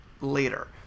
later